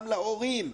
גם להורים.